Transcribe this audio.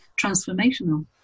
transformational